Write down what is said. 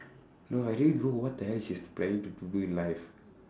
no I really don't know what the hell she is planning to do in life